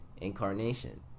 incarnation